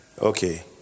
Okay